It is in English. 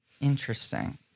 Interesting